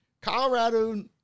Colorado